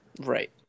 Right